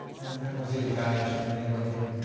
met with these guys and they love you.